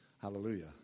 Hallelujah